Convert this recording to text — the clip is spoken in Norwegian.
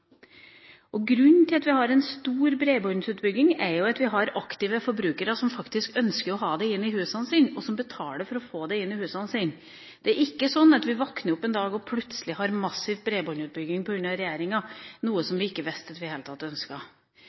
Grunnen til at vi har en stor bredbåndsutbygging er jo at vi har aktive forbrukere, som faktisk ønsker å ha det inn i husene sine, og som betaler for å få det inn i husene sine. Det er ikke sånn at vi våkner opp en dag og plutselig har en massiv bredbåndsutbygging på grunn av regjeringa – noe som vi ikke visste at vi i det hele tatt